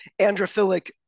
androphilic